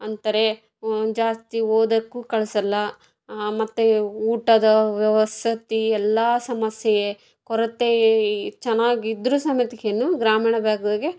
ಅಂತಾರೆ ಜಾಸ್ತಿ ಓದೋಕ್ಕೂ ಕಳಿಸಲ್ಲ ಮತ್ತೆ ಊಟದ ವಸತಿ ಎಲ್ಲ ಸಮಸ್ಯೆ ಕೊರತೆ ಚೆನ್ನಾಗಿದ್ದರೂ ಸಮೇತಿಕೇನೂ ಗ್ರಾಮೀಣ ಭಾಗಗಳಿಗೆ